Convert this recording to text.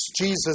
Jesus